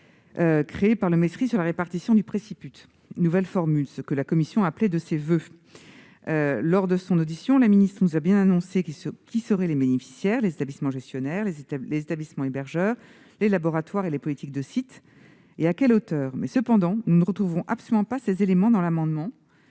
et de l'innovation sur la répartition du préciput « nouvelle formule », ce que la commission appelait de ses voeux. Lors de son audition, la ministre nous a annoncé quels seraient les bénéficiaires- les établissements gestionnaires, les établissements hébergeurs, les laboratoires et les politiques de site -et à quelle hauteur. Toutefois, nous ne retrouvons absolument pas ces éléments dans l'amendement